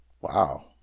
Wow